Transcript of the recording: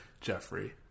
Jeffrey